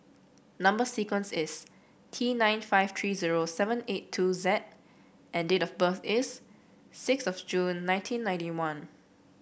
number sequence is T nine five three zero seven eight two Z and date of birth is six of June nineteen ninety one